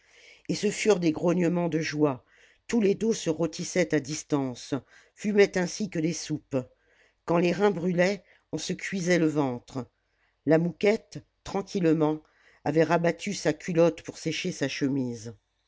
et ce furent des grognements de joie tous les dos se rôtissaient à distance fumaient ainsi que des soupes quand les reins brûlaient on se cuisait le ventre la mouquette tranquillement avait rabattu sa culotte pour sécher sa chemise